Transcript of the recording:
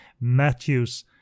Matthews